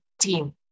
team